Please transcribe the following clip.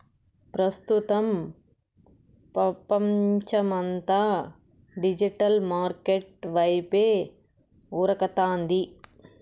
ప్రస్తుతం పపంచమంతా digital market వైపే ఉరకతాంది